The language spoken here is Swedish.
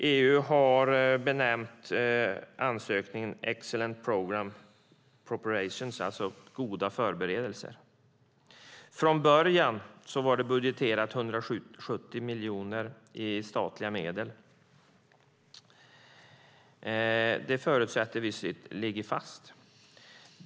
EU har benämnt ansökan Excellent programme preparations, alltså goda förberedelser. Från början var 170 miljoner budgeterade i statliga medel. Det förutsätter att vi ligger fast.